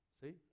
See